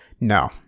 no